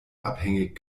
abhängig